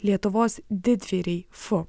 lietuvos didvyriai fu